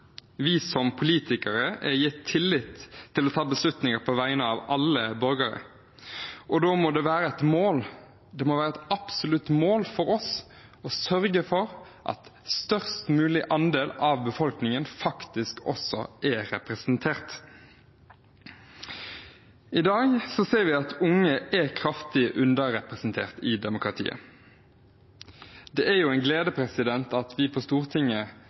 Vi som politikere er gitt tillit til å ta beslutninger på vegne av alle borgere, og da må det være et absolutt mål for oss å sørge for at en størst mulig andel av befolkningen faktisk også er representert. I dag ser vi at unge er kraftig underrepresentert i demokratiet. Det er en glede at vi nå har det yngste stortinget